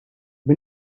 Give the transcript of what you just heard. ben